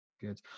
Good